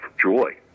joy